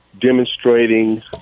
demonstrating